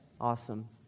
Awesome